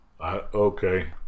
okay